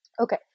Okay